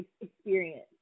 experience